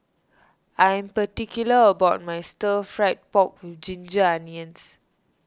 I am particular about my Stir Fried Pork with Ginger Onions